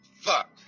Fuck